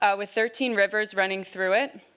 ah with thirteen rivers running through it.